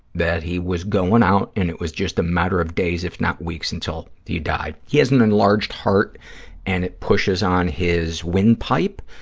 that he was going out and it was just a matter of days if not weeks until he died. he has an enlarged heart and it pushes on his windpipe,